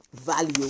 Value